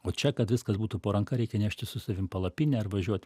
o čia kad viskas būtų po ranka reikia neštis su savim palapinę ar važiuot